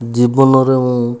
ଜୀବନରେ ମୁଁ